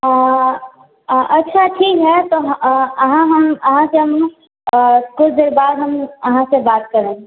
आ अच्छा ठीक हए तऽ अहाँ हम अहाँ से हम कुछ देर बाद हम अहाँ से बात करब